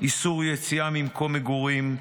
איסור יציאה ממקום מגורים,